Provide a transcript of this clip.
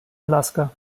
alaska